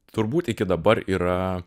turbūt iki dabar yra